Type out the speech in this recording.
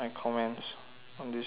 on this document